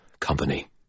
Company